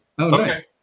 Okay